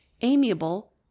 amiable